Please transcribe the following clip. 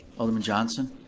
alderman johnson?